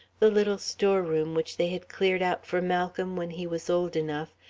the little storeroom which they had cleared out for malcolm when he was old enough,